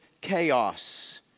chaos